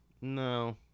No